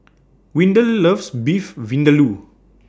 Windell loves Beef Vindaloo